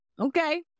Okay